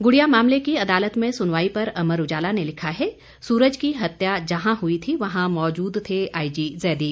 गुड़िया मामले की अदालत में सुनवाई पर अमर उजाला ने लिखा है सूरज की हत्या जहां हुई थी वहीं मौजूद थे आईजी जैदी